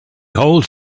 holds